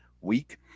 week